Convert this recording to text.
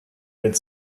mit